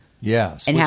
Yes